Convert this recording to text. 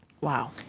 Wow